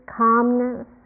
calmness